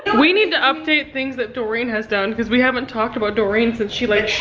but we need to update things that doreen has done because we haven't talked about doreen since she like,